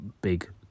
big